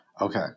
Okay